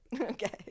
Okay